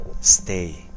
stay